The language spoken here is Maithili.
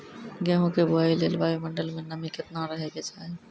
गेहूँ के बुआई लेल वायु मंडल मे नमी केतना रहे के चाहि?